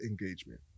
engagement